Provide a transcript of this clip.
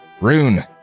Rune